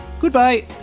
goodbye